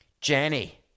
jenny